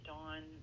Dawn